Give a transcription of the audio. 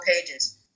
pages